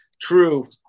true